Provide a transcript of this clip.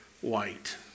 white